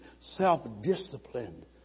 self-disciplined